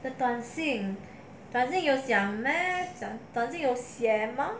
the 短信短信有讲 meh 短信有写吗